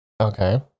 Okay